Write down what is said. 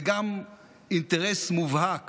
זה גם אינטרס מובהק